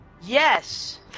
Yes